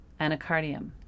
anacardium